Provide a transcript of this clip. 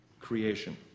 creation